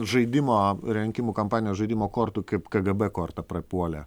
žaidimo rinkimų kampanijos žaidimo kortų kaip kgb korta prapuolė